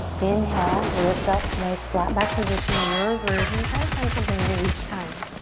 inhale, lift up. nice flat back position, your version. try to find something new each time.